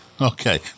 Okay